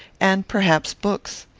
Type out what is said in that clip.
and, perhaps, books.